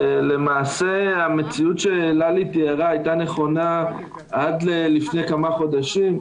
למעשה המציאות שללי תיארה הייתה נכונה עד לפני כמה חודשים,